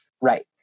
Right